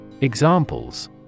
Examples